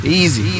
easy